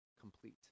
complete